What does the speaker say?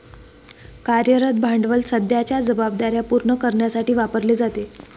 कार्यरत भांडवल सध्याच्या जबाबदार्या पूर्ण करण्यासाठी वापरले जाते